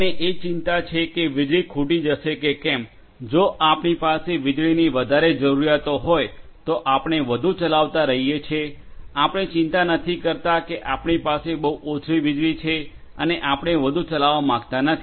આપણને એ ચિંતા છે કે વીજળી ખૂટી પડશે કે કેમ જો આપણી પાસે વીજળીની વધારે જરૂરિયાતો હોય તો આપણે વધુ ચલાવતા રહીએ છીએ આપણે ચિંતા નથી કરતા કે આપણી પાસે બહુ ઓછી વીજળી છે અને આપણે વધુ ચલાવવા માંગતા નથી